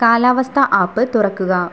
കാലാവസ്ഥ ആപ്പ് തുറക്കുക